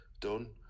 done